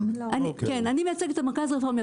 אני מייצגת את המרכז הרפורמי.